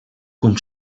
com